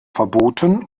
verboten